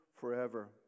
forever